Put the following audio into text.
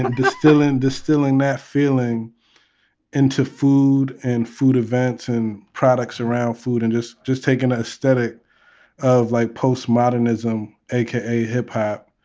and distilling distilling that feeling into food, and food events, and products around food, and just just taking the ah aesthetic of, like, postmodernism, aka hip-hop,